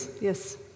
Yes